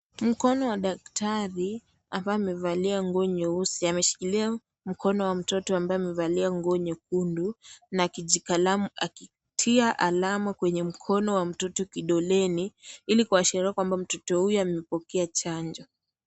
Mkono wa daktari ambaye amevalia nguo nyeusi , ameshikilia mkono wa mtoto ambaye amevalia nguo nyekundu na kijikalamu akitia alama kwenye mkono wa mtoto kidoleni , ili kuashiria kwamba mtoto huyu amepokea chanjo.